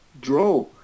draw